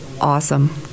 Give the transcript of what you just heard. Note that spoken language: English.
awesome